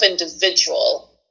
individual